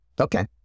Okay